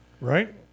Right